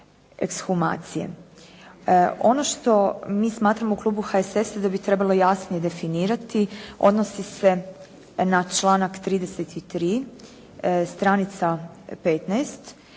ekshumacije. Ono što mi smatramo u klubu HSS-a da bi trebalo jasnije definirati odnosi se na članak 33. stranica 15